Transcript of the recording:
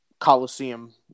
Coliseum